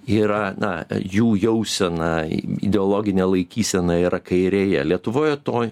yra na jų jausena ideologinė laikysena yra kairėje lietuvoje to